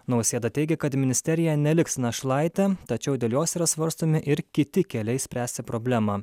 nausėda teigia kad ministerija neliks našlaitė tačiau dėl jos yra svarstomi ir kiti keliai spręsti problemą